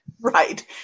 Right